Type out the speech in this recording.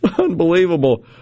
Unbelievable